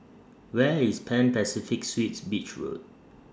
Where IS Pan Pacific Suites Beach Road